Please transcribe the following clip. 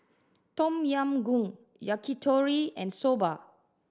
Tom Yam Goong Yakitori and Soba